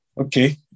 Okay